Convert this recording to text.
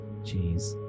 jeez